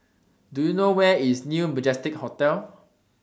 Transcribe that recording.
Do YOU know Where IS New Majestic Hotel